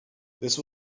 this